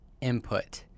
input